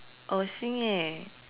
oh singing